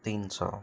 तीन सौ